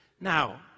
now